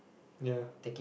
ya